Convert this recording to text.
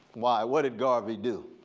why? what did garvey do?